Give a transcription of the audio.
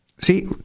See